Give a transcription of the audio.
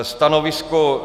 Stanovisko?